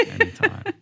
Anytime